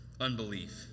unbelief